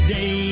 Day